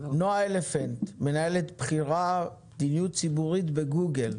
נועה אלפנט, מנהלת בכירה למדיניות ציבורית בגוגל.